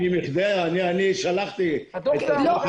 אני שלחתי את הדוח.